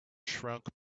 shrunk